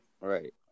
right